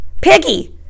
Piggy